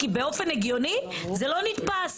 כי באופן הגיוני זה לא נתפס.